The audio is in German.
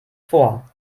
vor